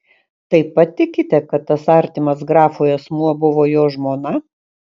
taip pat tikite kad tas artimas grafui asmuo buvo jo žmona